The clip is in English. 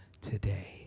today